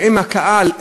שהם הקהל,